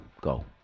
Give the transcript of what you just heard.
Go